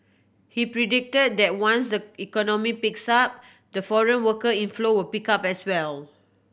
he predicted that once the economy picks up the foreign worker inflow would pick up as well